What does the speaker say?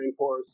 rainforests